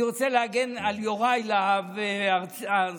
אני רוצה להגן על יוראי להב הרצנו,